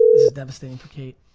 this is devastating for kate.